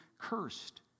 cursed